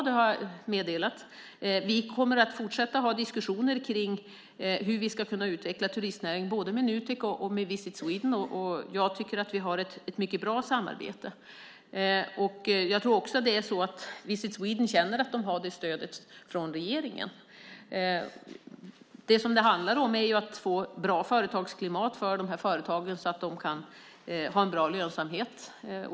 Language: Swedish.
Det har jag meddelat. Vi kommer att fortsätta att ha diskussioner om hur vi ska kunna utveckla turistnäringen, både med Nutek och med Visit Sweden. Jag tycker att vi har ett mycket bra samarbete. Visit Sweden känner nog att de har detta stöd från regeringen. Det handlar om att det ska bli ett bra företagsklimat för dessa företag så att de kan ha en bra lönsamhet.